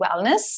wellness